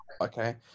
okay